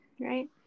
right